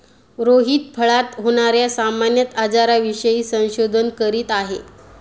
रोहित फळात होणार्या सामान्य आजारांविषयी संशोधन करीत आहे